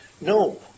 No